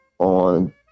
On